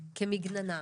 כמגננה,